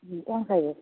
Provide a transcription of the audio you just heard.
ହଁ କ'ଣ ଖାଇବେ